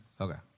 Okay